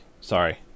sorry